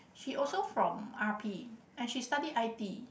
she also from R_P and she study I_T